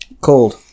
Cold